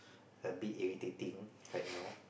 a bit irritating right now